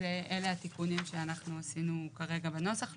אלה התיקונים שאנחנו עשינו כרגע בנוסח.